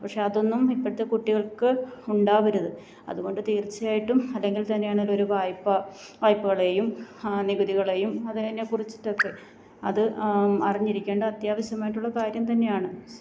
പക്ഷെ അതൊന്നും ഇപ്പത്തെ കുട്ടികൾക്ക് ഉണ്ടാവരുത് അതുകൊണ്ട് തീർച്ചയായിട്ടും അല്ലെങ്കിൽത്തന്നെ ആണെങ്കിലും ഇപ്പം ഒരു വായ്പ്പ വായ്പ്പളെയും നികുതികളെയും അതിനെ കുറിച്ചിട്ടൊക്കെ അത് അറിഞ്ഞിരിക്കേണ്ട അത്യാവശ്യമായിട്ടുള്ള കാര്യം തന്നെയാണ്